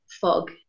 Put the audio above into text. fog